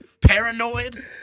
Paranoid